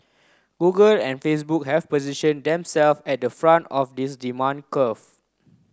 Google and Facebook have positioned themselves at the front of this demand curve